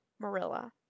Marilla